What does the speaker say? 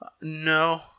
No